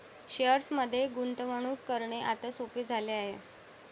शेअर्समध्ये गुंतवणूक करणे आता सोपे झाले आहे